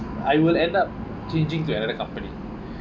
I will end up changing to another company